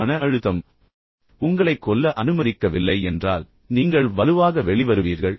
எனவே மன அழுத்தம் உங்களைக் கொல்ல அனுமதிக்கவில்லை என்றால் நீங்கள் வலுவாக வெளிவருவீர்கள்